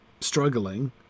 struggling